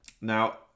Now